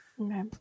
Okay